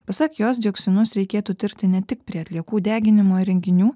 pasak jos dioksinus reikėtų tirti ne tik prie atliekų deginimo įrenginių